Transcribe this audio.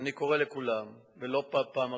אני קורא לכולם, ולא בפעם הראשונה,